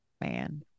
man